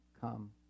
Come